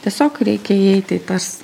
tiesiog reikia įeiti į tas